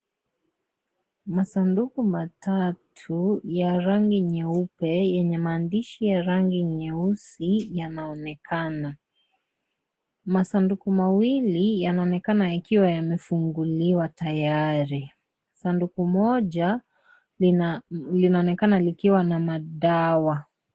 Masanduku matatu ya rangi nyeupe yenye maandishi ya rangi nyeusi yanaonekana, masanduku mawili yanaonekana yakiwa yamefunguliwa tayari, sanduku moja linaonekana likiwa na madawa.